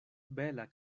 bela